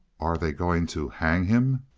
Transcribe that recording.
are they going to hang him?